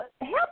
help